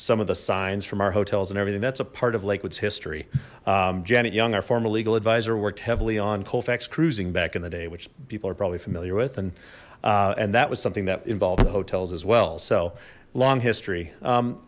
some of the signs from our hotels and everything that's a part of lake woods history janet young our former legal adviser worked heavily on colfax cruising back in the day which people are probably familiar with and and that was something that involved with hotels as well so long history